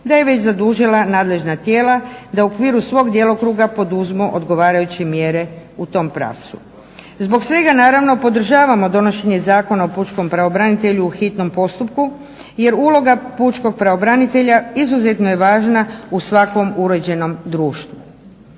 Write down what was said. da je već zadužila nadležna tijela da u okviru svog djelokruga poduzmu odgovarajuće mjere u tom pravcu. Zbog svega naravno podržavamo donošenje Zakona o pučkom pravobranitelju u hitnom postupku, jer uloga pučkog pravobranitelja izuzetno je važna u svakom uređenom društvu.